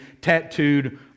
tattooed